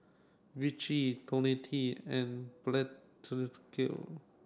Vichy Ionil T and